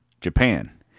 Japan